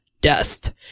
death